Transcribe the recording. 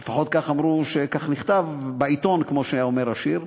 לפחות כך נכתב בעיתון, כמו שאומר השיר,